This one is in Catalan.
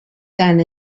tant